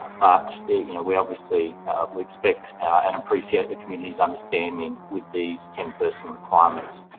ah but you know we obviously would expect and appreciate the community's understanding with these ten person requirements.